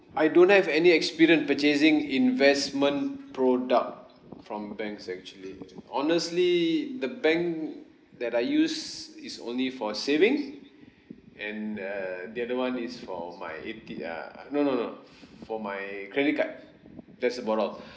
I don't have any experience purchasing investment product from banks actually honestly the bank that I use is only for savings and err the other one is for my A T err no no no for my credit card that's about all